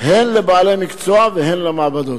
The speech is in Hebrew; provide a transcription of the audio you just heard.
הן לבעלי מקצוע והן למעבדות.